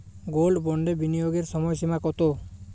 Gold বন্ডে বিনিয়োগের সময়সীমা কতো?